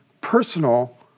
personal